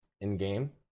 in-game